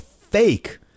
fake